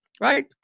right